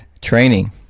training